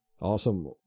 awesome